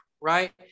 right